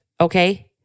Okay